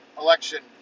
election